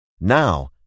Now